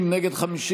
בעד, 30, נגד 53,